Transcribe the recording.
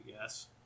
Yes